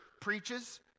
preaches